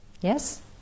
Yes